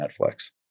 Netflix